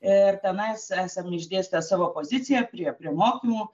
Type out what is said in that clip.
ir tenais esam išdėstę savo poziciją prie prie mokymų